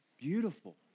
beautiful